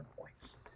points